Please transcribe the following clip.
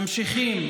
ממשיכים,